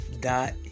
dot